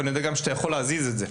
ואני יודעת שאתה יכול להזיז את זה.